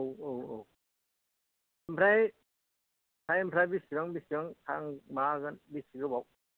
औ औ औ ओमफ्राय टाइम फोरा बेसेबां बेसेबां आं माबागोन बेसे गोबाव